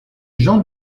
jean